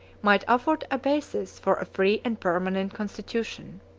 might afford a basis for a free and permanent constitution.